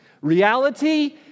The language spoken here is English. Reality